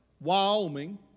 Wyoming